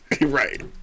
right